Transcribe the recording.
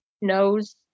knows